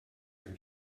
her